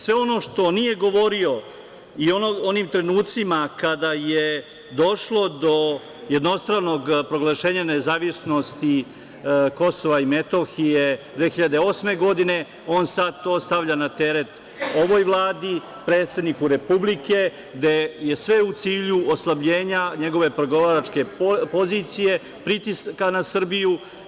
Sve ono što nije govorio i onim trenucima kada je došlo do jednostranog proglašenja nezavisnosti KiM 2008. godine, on sad to stavlja na teret ovoj Vladi, predsedniku Republike, a sve u cilju oslabljenja njegove pregovaračke pozicije, pritiska na Srbiju.